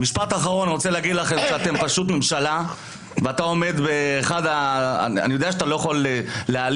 אני רוצה להגיד לך שאני יודע שאתה לא יכול להעליב